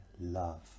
love